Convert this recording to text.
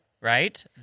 right